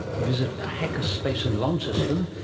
visit a hackers' space in launceston,